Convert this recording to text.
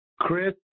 Chris